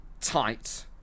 tight